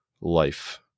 life